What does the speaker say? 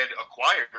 acquired